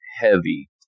heavy